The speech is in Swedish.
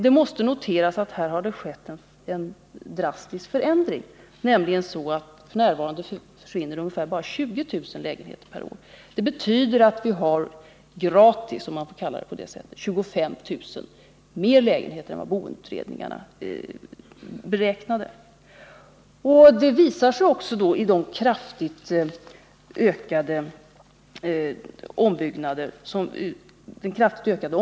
Det måste noteras att det här skett en drastisk förändring, nämligen så till vida att det f. n. bara försvinner ca 20 000 lägenheter per år. Det betyder att vi gratis — om man får uttrycka det på det sättet — får 25 000 fler lägenheter per år än vad boendeutredningarna beräknat. Det visar sig också att ombyggnadsverksamheten har ökat kraftigt.